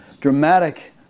dramatic